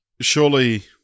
surely